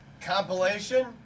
compilation